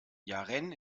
yaren